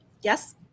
yes